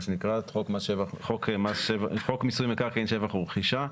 מה שנקרא חוק מיסוי מקרקעין (שבח ורכישה)